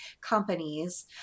companies